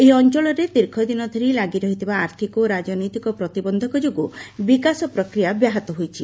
ଏହି ଅଞ୍ଚଳରେ ଦୀର୍ଘ ଦିନ ଧରି ଲାଗି ରହିଥିବା ଆର୍ଥିକ ଓ ରାଜନୈତିକ ପ୍ରତିବନ୍ଧକ ଯୋଗୁଁ ବିକାଶ ପ୍ରକ୍ରିୟା ବ୍ୟାହତ ହୋଇଛି